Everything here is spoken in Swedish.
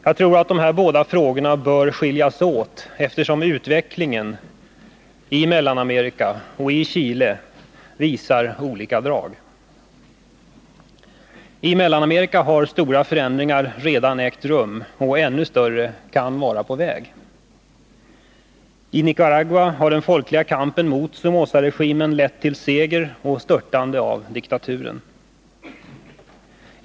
Jag tror att dessa båda frågor bör skiljas åt, eftersom utvecklingen i Mellanamerika och Chile uppvisar olika drag. I Mellanamerika har stora förändringar redan ägt rum och ännu större kan vara på väg. I Nicaragua har den folkliga kampen mot Somozaregimen lett till seger och störtande av diktaturen.